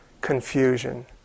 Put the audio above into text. confusion